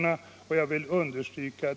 Det vill jag starkt här understryka.